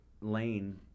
Lane